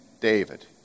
David